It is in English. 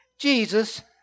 Jesus